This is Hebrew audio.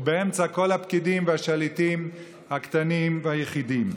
ובאמצע כל הפקידים והשליטים הקטנים והיחידים.